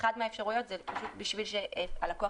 אחת מהאפשרויות היא שבשביל שהלקוח